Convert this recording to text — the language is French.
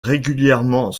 régulièrement